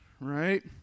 Right